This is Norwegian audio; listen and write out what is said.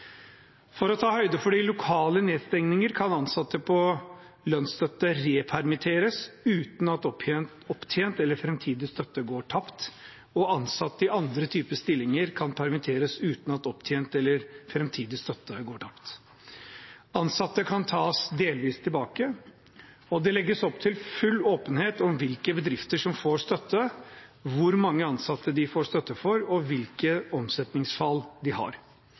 For å ta høyde for de lokale nedstengningene kan ansatte på lønnsstøtte repermitteres uten at opptjent eller framtidig støtte går tapt, og ansatte i andre type stillinger kan permitteres uten at opptjent eller framtidig støtte går tapt. Ansatte kan tas delvis tilbake, og det legges opp til full åpenhet om hvilke bedrifter som får støtte, hvor mange ansatte de får støtte for, og hvilket omsetningsfall de har.